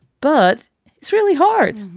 but it's really hard.